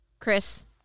Chris